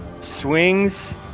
swings